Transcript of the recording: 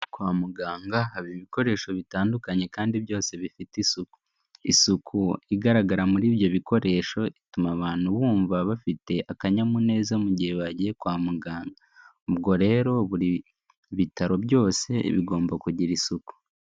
Kwa muganga haba ibikoresho bitandukanye kandi byose bifite isuku, isuku igaragara muri ibyo bikoresho ituma abantu bumva bafite akanyamuneza mu gihe bagiye kwa muganga, ubwo rero buri bitaro byose bigomba kugira isuku.